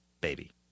baby